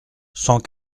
cent